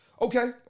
Okay